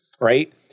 right